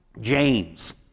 James